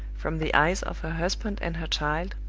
from the eyes of her husband and her child,